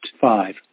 five